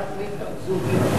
לאו מילתא זוטרא.